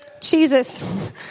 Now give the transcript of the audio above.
Jesus